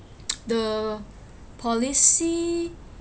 the policy